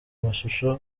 mashusho